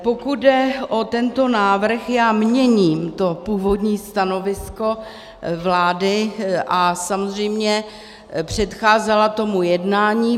Pokud jde o tento návrh, já měním to původní stanovisko vlády, a samozřejmě předcházela tomu jednání.